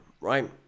right